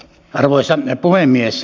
arvoisa puhemies